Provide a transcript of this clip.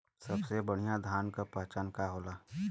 सबसे बढ़ियां धान का पहचान का होला?